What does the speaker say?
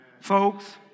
Folks